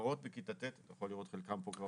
נערות בכיתות ט', אתה יכול לראות פה כבר.